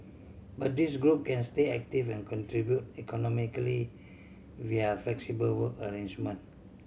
but this group can stay active and contribute economically via flexible work arrangement